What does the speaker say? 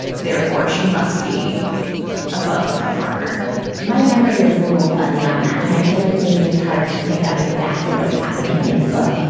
therefore, she must be above a farmer my memory was a little fuzzy on that. and i feel like maybe it's hard to pick up exactly what's happening in the book,